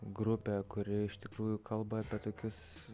grupė kuri iš tikrųjų kalba apie tokius